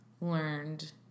learned